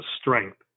strength